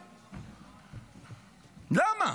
למה?